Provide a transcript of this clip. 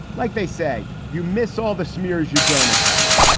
like they say, you miss all the smears you don't attempt.